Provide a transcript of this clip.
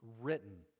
written